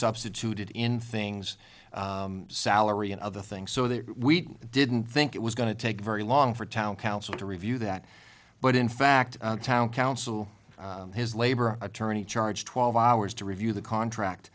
substituted in things salary and other things so that we didn't think it was going to take very long for town council to review that but in fact town council his labor attorney charged twelve hours to review the contract